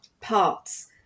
parts